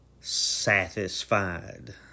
satisfied